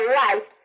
life